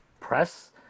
press